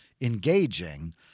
engaging